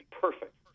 perfect